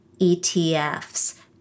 ETFs